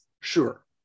sure